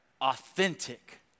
authentic